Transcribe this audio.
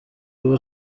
ubu